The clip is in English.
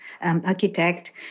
architect